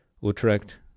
Utrecht